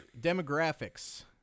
demographics